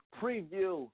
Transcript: preview